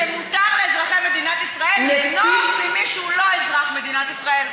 שמותר לאזרחי מדינת ישראל לגנוב ממי שהוא לא אזרח מדינת ישראל.